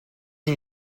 and